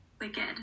Wicked